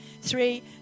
three